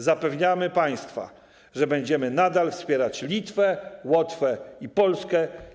Zapewniamy państwa, że będziemy nadal wspierać Litwę, Łotwę i Polskę.